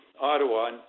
Ottawa